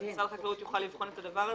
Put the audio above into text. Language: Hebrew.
ואז משרד החקלאות יוכל לבחון את הדבר הזה.